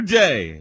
day